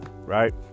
right